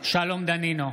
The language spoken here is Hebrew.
שלום דנינו,